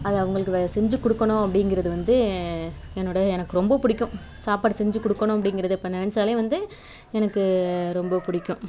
அது அவர்களுக்கு செஞ்சுக் கொடுக்கணும் அப்படிங்கிறது வந்து என்னோடய எனக்கு ரொம்ப பிடிக்கும் சாப்பாடு செஞ்சுக் கொடுக்கணும் அப்படிங்கிறத இப்போ நினச்சாலே வந்து எனக்கு ரொம்ப பிடிக்கும்